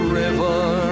river